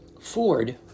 Ford